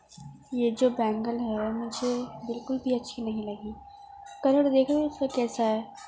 یہ جو بینگل ہے مجھے بالکل بھی اچھی نہیں لگی کلر دیکھیں اس کا کیسا ہے